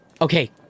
okay